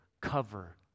cover